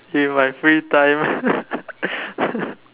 in my free time